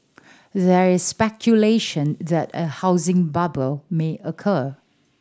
there is speculation that a housing bubble may occur